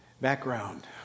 Background